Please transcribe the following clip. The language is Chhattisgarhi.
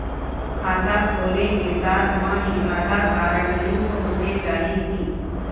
खाता खोले के साथ म ही आधार कारड लिंक होथे जाही की?